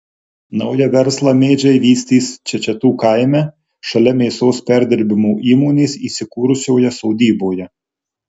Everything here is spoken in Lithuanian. naują verslą mėdžiai vystys čečetų kaime šalia mėsos perdirbimo įmonės įsikūrusioje sodyboje